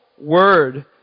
word